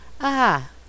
Ah